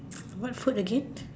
what food again